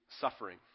suffering